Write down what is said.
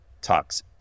talks